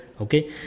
okay